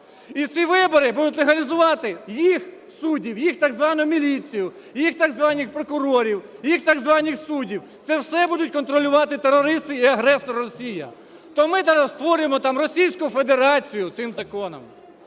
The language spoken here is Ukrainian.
І ці вибори будуть легалізувати їх суддів, їх так звану міліцію, їх так званих прокурорів, їх так званих судів. Це все будуть контролювати терористи і агресор – Росія. То ми ….. створюємо там Російську Федерацію цим законом.